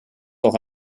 auch